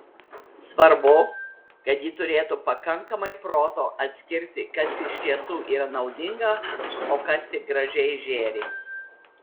svarbu kad ji turėtų pakankamai proto atskirti kas iš tiesų yra naudinga o kas tik gražiai žėri